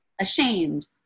ashamed